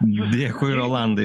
dėkui rolandai